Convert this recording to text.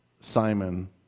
Simon